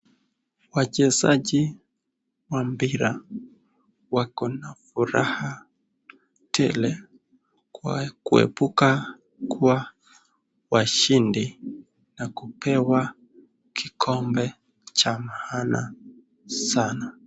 Wachezaji wa mpira wakona furaha tele kwao kuebuka kuwa washindi na kupewa kikombe cha maana sana.